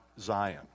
Zion